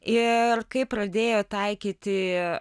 ir kai pradėjo taikyti